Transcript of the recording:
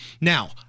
Now